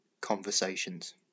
conversations